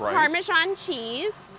parmesan cheese,